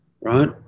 Right